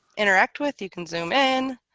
interact with you can zoom in